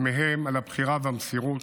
מהם על הבחירה והמסירות,